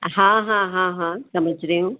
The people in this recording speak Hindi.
हाँ हाँ हाँ हाँ समझ रही हूँ